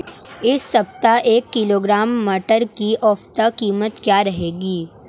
इस सप्ताह एक किलोग्राम मटर की औसतन कीमत क्या रहेगी?